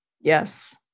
Yes